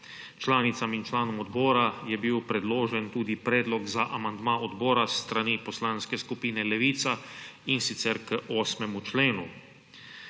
Članicam in članom odbora je bil predložen tudi predlog za amandma odbora s strani Poslanske skupine Levica, in sicer k 8. členu.